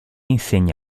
insegna